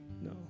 No